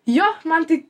jo man tai